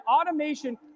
automation